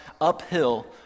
uphill